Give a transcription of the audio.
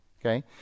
Okay